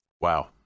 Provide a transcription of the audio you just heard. Wow